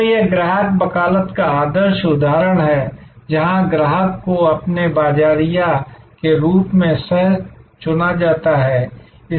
तो यह ग्राहक वकालत का आदर्श उदाहरण है जहां ग्राहक को आपके बाज़ारिया के रूप में सह चुना जाता है